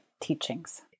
teachings